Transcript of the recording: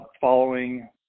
following